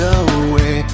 away